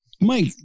Mike